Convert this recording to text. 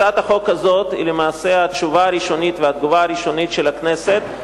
הצעת החוק הזאת היא למעשה התשובה הראשונית והתגובה הראשונית של הכנסת,